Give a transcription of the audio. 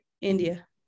India